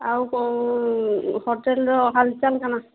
ଆଉ କ'ଣ ହୋଟେଲର ହାଲଚଲ କ'ଣ